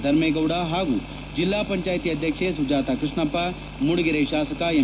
ಧರ್ಮೇಗೌಡ ಹಾಗೂ ಜಿಲ್ಲಾ ಪಂಚಾಯಿತಿ ಅಧ್ಯಕ್ಷೆ ಸುಜಾತ ಕೃಷ್ಣಪ್ಪ ಮೂಡಿಗೆರೆ ಶಾಸಕ ಎಂ